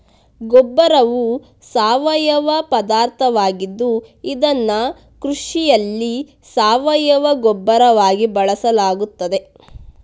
ಗೊಬ್ಬರವು ಸಾವಯವ ಪದಾರ್ಥವಾಗಿದ್ದು ಇದನ್ನು ಕೃಷಿಯಲ್ಲಿ ಸಾವಯವ ಗೊಬ್ಬರವಾಗಿ ಬಳಸಲಾಗುತ್ತದೆ